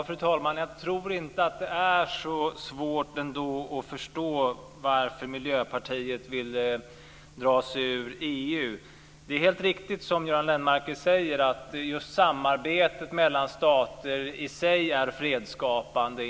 Fru talman! Jag tror inte att det är så svårt att förstå varför Miljöpartiet vill dra sig ur EU. Det är helt riktigt som Göran Lennmarker säger att samarbetet mellan stater i sig är fredsskapande.